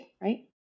right